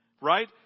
Right